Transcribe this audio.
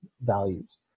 values